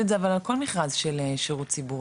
את זה אבל על כל מכרז של שירות ציבורי,